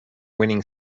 winning